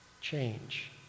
Change